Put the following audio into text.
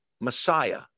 Messiah